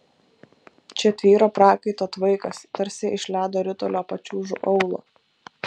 čia tvyro prakaito tvaikas tarsi iš ledo ritulio pačiūžų aulo